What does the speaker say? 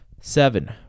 Seven